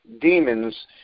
demons